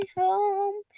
home